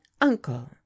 uncle